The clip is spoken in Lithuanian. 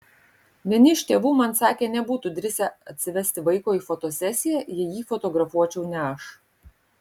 vieni iš tėvų man sakė nebūtų drįsę atsivesti vaiko į fotosesiją jei jį fotografuočiau ne aš